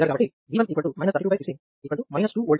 ఇక్కడ కేవలం V1 మాత్రమే అడిగారు కాబట్టి V1 3216 2 Volt వస్తుంది